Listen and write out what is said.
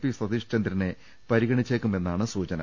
P സതീഷ്ചന്ദ്രനെ പരി ഗണിച്ചേക്കുമെന്നാണ് സൂചന